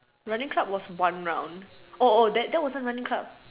running club was one round oh oh that that wasn't running club